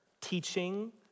teaching